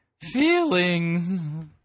feelings